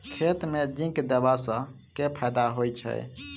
खेत मे जिंक देबा सँ केँ फायदा होइ छैय?